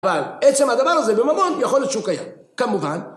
אבל עצם הדבר הזה בממון יכול להיות שהוא קיים, כמובן